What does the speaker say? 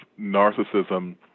narcissism